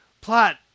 plot